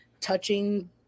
touching